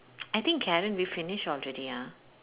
I think Karen we finish already ah